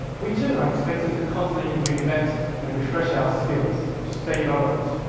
we, too, are expected to constantly reinvent and refresh our skills to stay relevant.